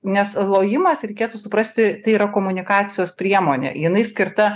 nes lojimas reikėtų suprasti tai yra komunikacijos priemonė jinai skirta